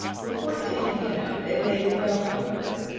before taking it up, it may be well, however,